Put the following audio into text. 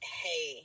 hey